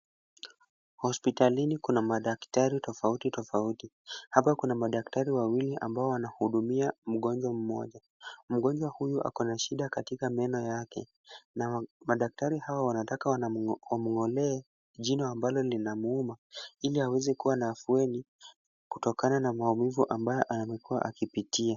Hospitalini kuna madaktari tofauti tofauti. Hapa kuna madaktari wawili ambao wanahudumia mgonjwa mmoja. Mgonjwa huyo ako na shida katika meno yake na madaktari hao wanataka wamng'olee jino ambalo linamuuma ili aweze kuwa na afueni kutokana na maumivu ambayo amekua akipitia.